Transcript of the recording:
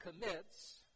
commits